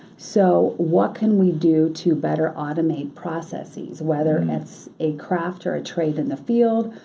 so what can we do to better automate processes, whether it's a craft or a trade in the field,